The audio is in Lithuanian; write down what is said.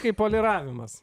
kaip poliravimas